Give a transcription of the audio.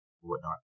whatnot